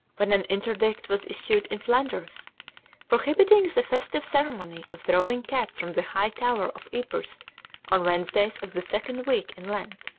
when an interdict was issued in flanders prohibiting the festive ceremony of throwing cats from the high tower of ypres on wednesdays of the second week in lent.